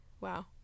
wow